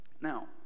Now